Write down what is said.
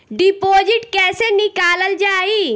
Deposit कैसे निकालल जाइ?